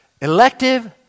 elective